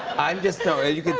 i'm just no, you